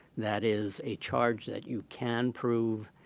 that is a charge that you can prove,